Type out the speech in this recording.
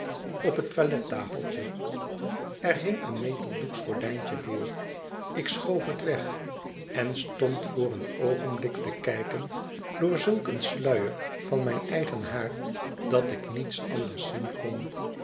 op het toilettafeltje er hing een neteldoeksch gordijntje voor ik schoof het weg en stond voor een oogenblik te kijken door zulk een sluier van mijn eigen haar dat ik niets anders zien kon